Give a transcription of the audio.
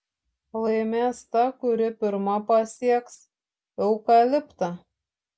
laimės ta kuri pirma pasieks eukaliptą